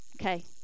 Okay